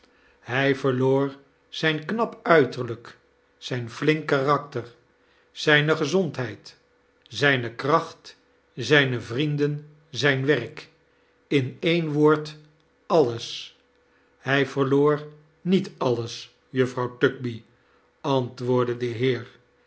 hij verloor zijn knap uiterlijk zijn flink karakter zijne gezondheid zijne kracht zijne vtienden zijn werk in een woord alles hij verloor niet alles juffrouw tugby antwoordde de heer